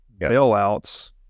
bailouts